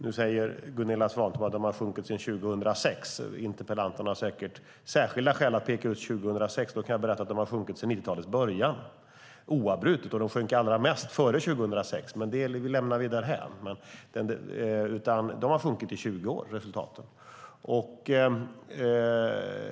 Nu säger Gunilla Svantorp att de sjunkit sedan 2006. Interpellanten har säkert särskilda skäl att peka ut 2006. Då kan jag berätta att de sjunkit oavbrutet sedan 90-talets början. De sjönk allra mest före 2006, men det lämnar vi därhän. Resultaten har sjunkit i 20 år.